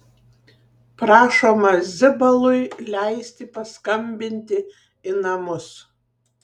prašoma zibalui leisti paskambinti į namus